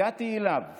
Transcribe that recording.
הגעתי אליו